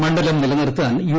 മണ്ഡലം നിലനിർത്താൻ യു